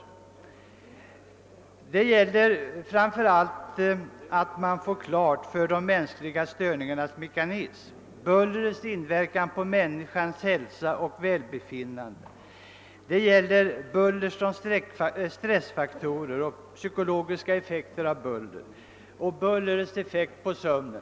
Det kommer att ge kunskap om de mänskliga störningarnas mekanism, om bullrets inverkan på människans hälsa och välbefinnande, om bullret som stressfaktor, om de psykiska effekterna av bullret samt om bullrets effekt på sömnen.